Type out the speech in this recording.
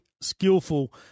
skillful